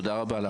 תודה רבה לך.